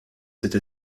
cette